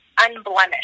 unblemished